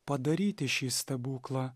padaryti šį stebuklą